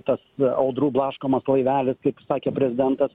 tas audrų blaškomas laivelis kaip sakė prezidentas